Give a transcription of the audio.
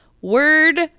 word